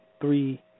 three